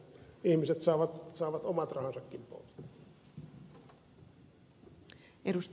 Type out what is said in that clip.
ihmiset saavat omat rahansakin pois